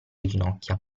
ginocchia